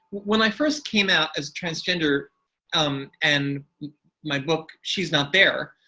when i first came out as transgender um and my book she's not there